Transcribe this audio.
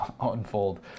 unfold